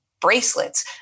bracelets